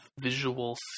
visual